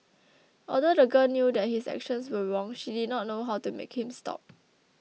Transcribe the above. although the girl knew that his actions were wrong she did not know how to make him stop